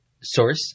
source